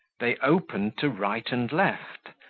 they opened to right and left,